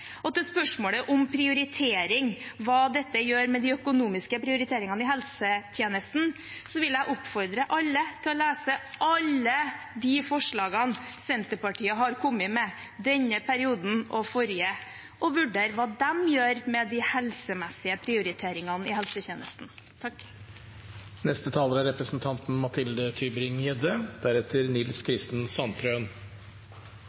spørsmålet om prioritering og hva dette gjør med de økonomiske prioriteringene i helsetjenestene, vil jeg oppfordre alle til å lese alle de forslagene Senterpartiet har kommet med i denne perioden og forrige periode, og vurdere hva de gjør med de helsemessige prioriteringene i helsetjenesten.